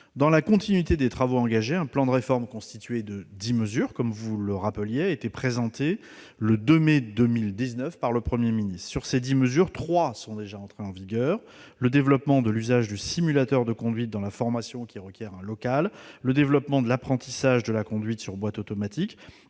Dans la continuité des travaux engagés, un plan de réforme constitué de dix mesures, vous l'avez rappelé, a été présenté le 2 mai 2019 par le Premier ministre. Sur ces dix mesures, trois sont déjà entrées en vigueur : le développement de l'usage du simulateur de conduite dans la formation, qui requiert un local, le développement de l'apprentissage de la conduite sur boîte automatique